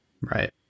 Right